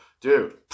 dude